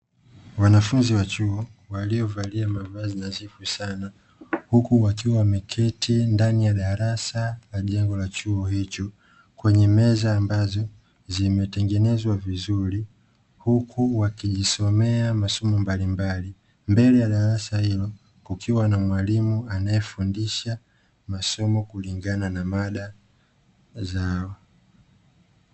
Wanafunzi wa chuo waliovalia mavazi nadhifu sana huku wakiwa wameketi ndani ya darasa la jengo la chuo hicho kwenye meza ambazo zimetengenezwa vizuri, huku wakijisomea masomo mbalimbali mbele ya darasa hilo kukiwa na mwalimu anayefundisha masomo mbalimbali kulingana na mada zao.